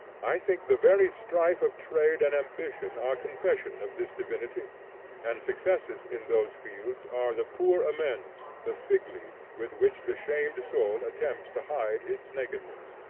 i think the very strife of trade and ambition are confession of this divinity and successes in those fields are the poor amends, the fig-leaf with which the shamed soul attempts to hide its nakedness.